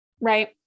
right